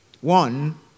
One